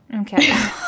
Okay